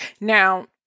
Now